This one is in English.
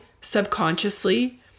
subconsciously